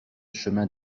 chemin